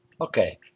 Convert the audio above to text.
Okay